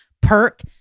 perk